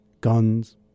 Guns